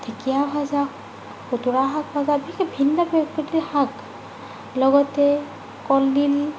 ঢেকিয়া ভাজা খুঁতুৰা শাক ভাজা তেনেকৈ বিভিন্ন প্ৰকৃতিৰ শাক লগতে কলডিল